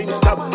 stop